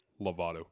Lovato